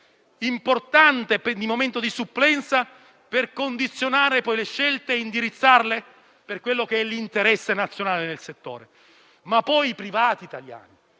importante per il momento di supplenza per condizionare poi le scelte e indirizzarle verso l'interesse nazionale nel settore. Ma cito anche i privati italiani,